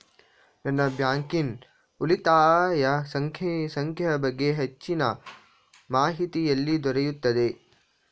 ನನ್ನ ಬ್ಯಾಂಕಿನ ಉಳಿತಾಯ ಸಂಖ್ಯೆಯ ಬಗ್ಗೆ ಹೆಚ್ಚಿನ ಮಾಹಿತಿ ಎಲ್ಲಿ ದೊರೆಯುತ್ತದೆ?